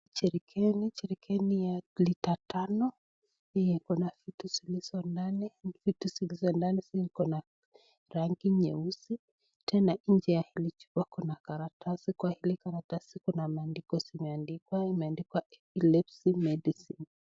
Jerikani, jerikani ya lita tano, hii iko na vitu zilizo ndani, vitu zilizo ndani ziko na rangi nyeusi, tena nje ya hili chupa kuna karatasi, kwa hili karatasi kuna maandiko zimeandikwa ,imeandikwa epilepsy medicine .